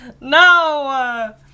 No